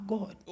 God